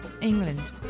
England